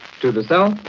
to the south,